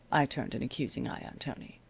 i turned an accusing eye on tony.